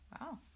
wow